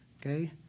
Okay